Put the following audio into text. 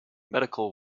medical